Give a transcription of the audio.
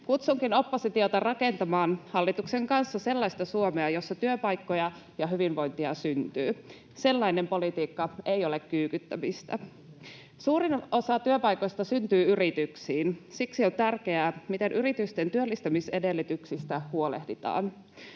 Kutsunkin oppositiota rakentamaan hallituksen kanssa sellaista Suomea, jossa työpaikkoja ja hyvinvointia syntyy. Sellainen politiikka ei ole kyykyttämistä. Suurin osa työpaikoista syntyy yrityksiin. Siksi on tärkeää, miten yritysten työllistämisedellytyksistä huolehditaan.